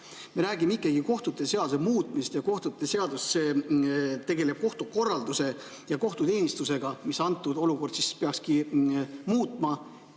Me räägime ikkagi kohtute seaduse muutmisest. Kohtute seadus tegeleb kohtukorralduse ja kohtuteenistusega, mida antud [eelnõu] peakski muutma,